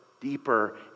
deeper